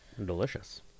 delicious